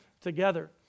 together